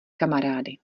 kamarády